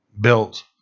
built